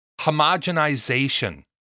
homogenization